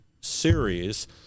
series